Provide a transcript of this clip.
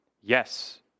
Yes